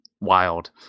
wild